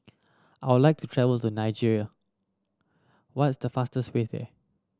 I would like to travel to Niger what is the fastest way there